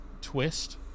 twist